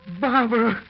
Barbara